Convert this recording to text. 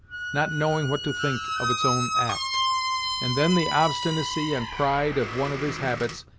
not knowing what to think of its own act and then the obstinacy and pride of one of his habits,